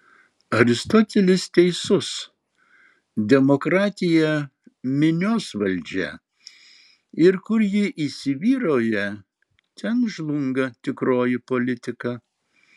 aristotelis teisus demokratija minios valdžia ir kur ji įsivyrauja ten žlunga tikroji politika